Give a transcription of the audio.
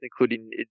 including